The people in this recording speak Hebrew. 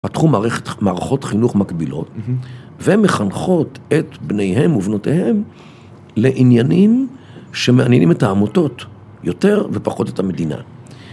התחום מערכות חינוך מקבילות, והן מחנכות את בניהם ובנותיהם לעניינים שמעניינים את העמותות יותר ופחות את המדינה.